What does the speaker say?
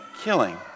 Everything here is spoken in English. killing